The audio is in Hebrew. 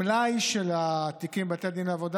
המלאי של התיקים בבתי הדין לעבודה